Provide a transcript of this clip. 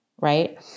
right